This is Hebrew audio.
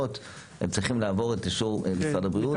צריכים לעבור את אישור משרד הבריאות,